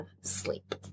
sleep